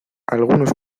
algunos